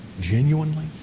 genuinely